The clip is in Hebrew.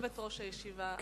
יושבת-ראש הישיבה,